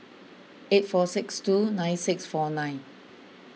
eight four six two nine six four nine